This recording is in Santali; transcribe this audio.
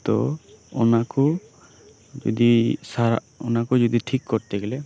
ᱛᱚ ᱚᱱᱟ ᱠᱚ ᱡᱩᱫᱤ ᱴᱷᱤᱠ ᱠᱚᱨᱛᱮ ᱜᱮᱞᱮ